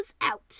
out